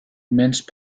mince